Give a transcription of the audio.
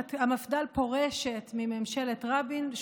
המפד"ל פורשת מממשלת רבין,